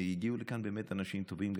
כי הגיעו לכאן אנשים טובים,